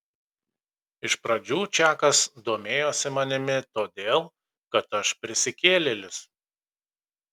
iš pradžių čakas domėjosi manimi todėl kad aš prisikėlėlis